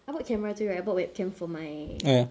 I bought camera through you right I bought webcam for my